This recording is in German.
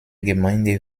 gemeinde